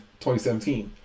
2017